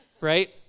Right